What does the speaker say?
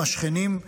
השכנים,